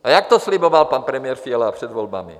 A jak to sliboval pan premiér Fiala před volbami?